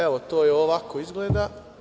Evo, to ovako izgleda.